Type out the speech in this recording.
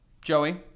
Joey